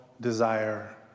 desire